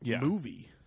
movie